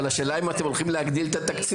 אבל השאלה היא אם אתם הולכים להגדיל את התקציב.